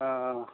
हाँ